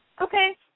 Okay